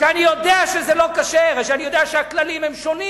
כשאני יודע שזה לא כשר, כשאני יודע שהכללים שונים?